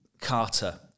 Carter